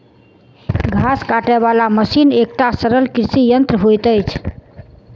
घास काटय बला मशीन एकटा सरल कृषि यंत्र होइत अछि